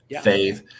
Faith